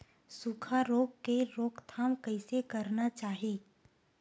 सुखा रोग के रोकथाम कइसे करना चाही?